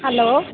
hello